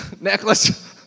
Necklace